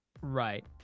Right